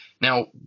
Now